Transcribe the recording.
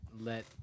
let